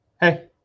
Hey